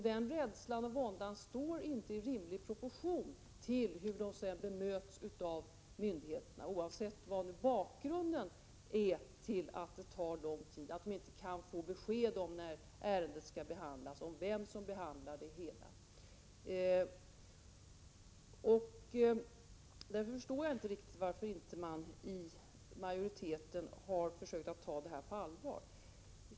Den rädslan och våndan står inte i rimlig proportion till hur de sedan bemöts av myndigheterna, oavsett vilken orsaken är till att det tar lång tid och att de inte kan få besked om när ärendet skall behandlas och vem som handlägger det. Jag förstår inte varför majoriteten inte försökt ta den saken på allvar.